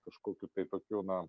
kažkokiu tai tokiu na